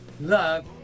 love